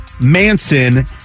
Manson